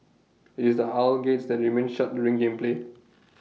IT is the aisle gates that remain shut during game play